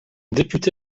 député